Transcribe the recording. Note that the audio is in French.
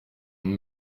une